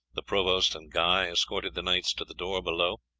the provost and guy escorted the knights to the door below.